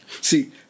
See